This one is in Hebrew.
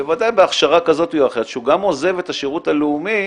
בוודאי בהכשרה כזו או אחרת כשהוא גם עוזב את השירות הלאומי,